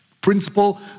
Principle